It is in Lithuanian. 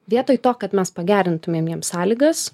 vietoj to kad mes pagerintumėm jiem sąlygas